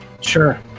Sure